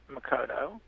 Makoto